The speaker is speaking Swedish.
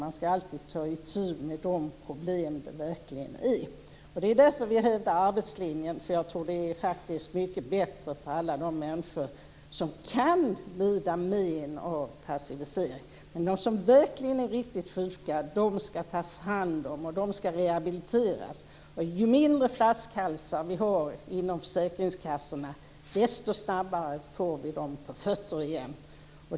Man ska alltid ta itu med de problem det verkligen gäller. Det är därför vi hävdar arbetslinjen. Jag tror faktiskt att det är mycket bättre för alla de människor som kan lida men av passivisering. Men de som verkligen är riktigt sjuka ska tas om hand. De ska rehabiliteras. Ju mindre flaskhalsar vi har inom försäkringskassorna, desto snabbare får vi dem på fötter igen.